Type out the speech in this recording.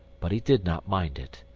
but he did not mind it.